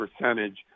percentage